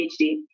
PhD